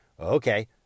Okay